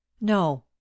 no